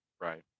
Right